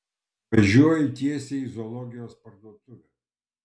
važiuoju tiesiai į zoologijos parduotuvę